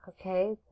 Okay